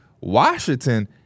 Washington